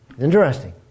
Interesting